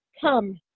Come